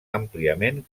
àmpliament